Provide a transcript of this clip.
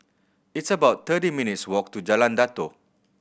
it's about thirty minutes' walk to Jalan Datoh